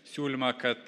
siūlymą kad